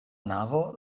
navo